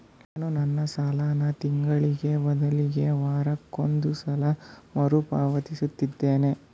ನಾನು ನನ್ನ ಸಾಲನ ತಿಂಗಳಿಗೆ ಬದಲಿಗೆ ವಾರಕ್ಕೊಂದು ಸಲ ಮರುಪಾವತಿಸುತ್ತಿದ್ದೇನೆ